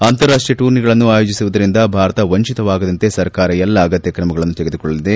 ಅಂತಾರಾಷ್ಷೀಯ ಟೂರ್ನಿಗಳನ್ನು ಆಯೋಜಿಸುವುದರಿಂದ ಭಾರತ ವಂಚಿತವಾಗದಂತೆ ಸರ್ಕಾರ ಎಲ್ಲ ಅಗತ್ತ ಕ್ರಮಗಳನ್ನು ತೆಗೆದುಕೊಳ್ಳಲಿದೆ